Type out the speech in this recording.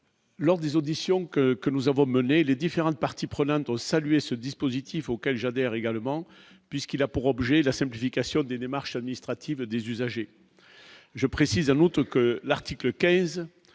Lors des auditions que que nous avons menées les différentes parties prenantes ont salué ce dispositif auquel j'adhère également puisqu'il a pour objet la simplification des démarches administratives des usagers, je précise, un autre que l'article 15